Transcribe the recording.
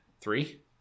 Three